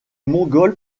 mongol